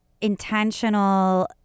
intentional